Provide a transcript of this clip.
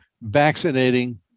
vaccinating